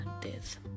death